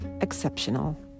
exceptional